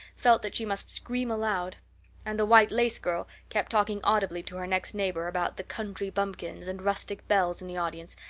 felt that she must scream aloud and the white-lace girl kept talking audibly to her next neighbor about the country bumpkins and rustic belles in the audience,